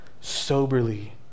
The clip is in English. soberly